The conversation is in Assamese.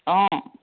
অঁ